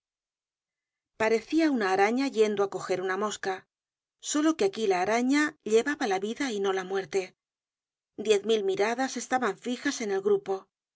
parecia una araña yendo á coger una mosca solo que aquí la araña llevaba la vida y no la muerte diez mil miradas estaban fijas en el grupo